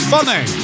Funny